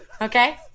Okay